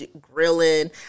grilling